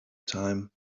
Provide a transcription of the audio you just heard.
time